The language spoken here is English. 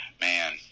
Man